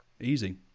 Easy